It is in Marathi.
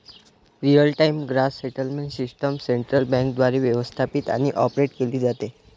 real time gross settlement system central बँकेद्वारे व्यवस्थापित आणि ऑपरेट केली जाते